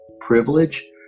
privilege